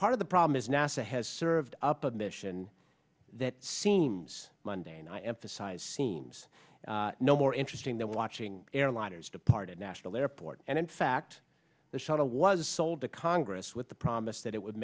part of the problem is nasa has served up a mission that seems monday night i emphasize seems no more interesting than watching airliners departed national airport and in fact the shuttle was sold to congress with the promise that it would